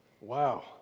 Wow